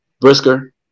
Brisker